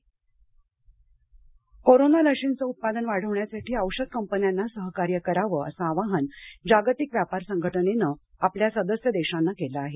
जागतिक व्यापार परिषद कोरोना लशींचं उत्पादन वाढवण्यासाठी औषध कंपन्यांना सहकार्य करावं असं आवाहन जागतिक व्यापार संघटनेनं आपल्या सदस्य देशांना केलं आहे